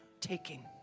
taking